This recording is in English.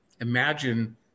imagine